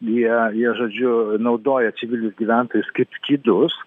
jie jie žodžiu naudoja civilius gyventojus kaip skydus